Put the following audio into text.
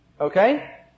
Okay